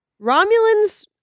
Romulans